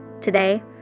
Today